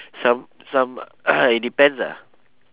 some some it depends ah